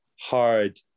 hard